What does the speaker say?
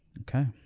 Okay